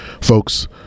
folks